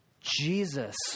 Jesus